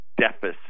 deficit